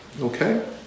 Okay